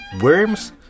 Worms